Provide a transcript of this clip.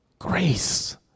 Grace